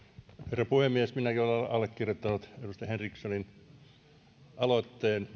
puhemies minäkin olen allekirjoittanut edustaja henrikssonin aloitteen